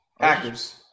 Packers